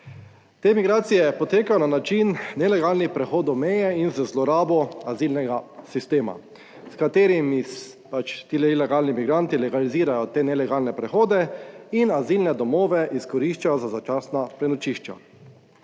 Te migracije potekajo na način nelegalnih prehodov meje in z zlorabo azilnega sistema, s katerim se pač ti ilegalni migranti legalizirajo te nelegalne prehode in azilne domove izkoriščajo za začasna prenočišča.